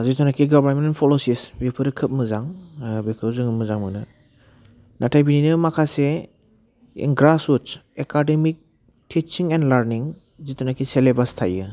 जितुनाखि government policies बिफोरो खोब मोजां बेखौ जोङो मोजां मोनो नाथाय बिनिनो माखासे इन ग्रास उद्स एकाडेमिक टिसिं एन्ड लारनिं जिथुनाखि सेलेबास थायो